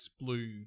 blue